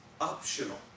optional